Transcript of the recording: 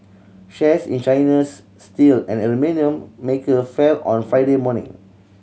shares in China's steel and aluminium maker fell on Friday morning